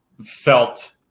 felt